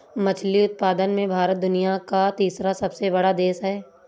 मछली उत्पादन में भारत दुनिया का तीसरा सबसे बड़ा देश है